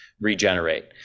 regenerate